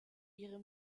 ihre